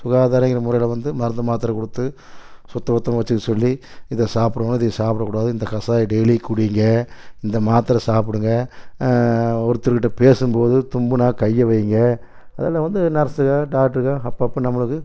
சுகாதாரங்கிற முறையில் வந்து மருந்து மாத்திர கொடுத்து சுத்தம் பத்தமாக வச்சுக்க சொல்லி இதை சாப்பிடுங்க இதை சாப்பிட கூடாது இந்த கசாயம் டெய்லியும் குடிங்க இந்த மாத்திர சாப்பிடுங்க ஒருத்தருக்கிட்ட பேசும் போது தும்மினா கையை வைங்க அதெல்லாம் வந்து நர்ஸ்ங்க டாக்டர்ங்க அப்போ அப்போ நம்மளுக்கு